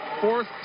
fourth